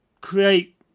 create